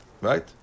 Right